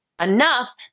enough